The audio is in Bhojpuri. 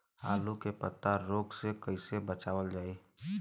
आलू के पाला रोग से कईसे बचावल जाई?